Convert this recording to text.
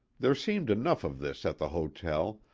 there seemed enough of this at the hotel,